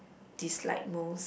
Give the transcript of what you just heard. dislike most